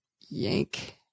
Yank